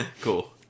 Cool